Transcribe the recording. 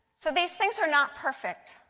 so these things are not perfect.